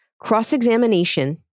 cross-examination